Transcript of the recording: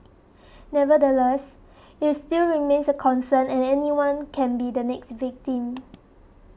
nevertheless it still remains a concern and anyone can be the next victim